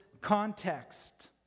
context